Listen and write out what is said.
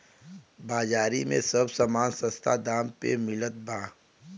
बाजारी में सब समान सस्ता दाम पे मिलत बा